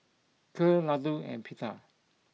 Kheer Ladoo and Pita